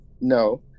no